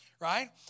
Right